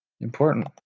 important